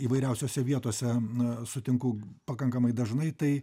įvairiausiose vietose sutinku pakankamai dažnai tai